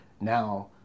now